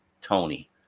Tony